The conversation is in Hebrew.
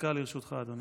דקה לרשותך, אדוני.